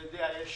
אתה יודע יש